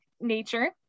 nature